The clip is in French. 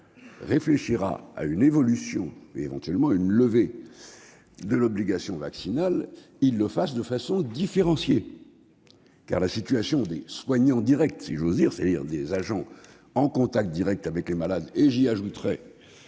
Gouvernement réfléchira à une évolution, éventuellement à une levée de l'obligation vaccinale, il devra le faire de façon différenciée, car la situation des soignants « directs », si j'ose dire, c'est-à-dire des agents en contact avec les malades et les